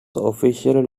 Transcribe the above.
officially